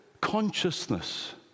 consciousness